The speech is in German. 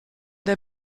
der